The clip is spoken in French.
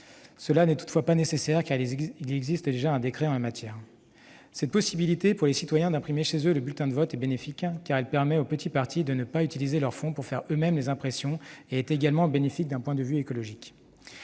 Cela n'est toutefois pas nécessaire, car il existe déjà un décret en la matière. Cette possibilité pour les citoyens d'imprimer chez eux le bulletin de vote est bénéfique, car elle permet aux petits partis de ne pas utiliser leurs fonds pour réaliser eux-mêmes les impressions ; elle est également bénéfique d'un point de vue écologique.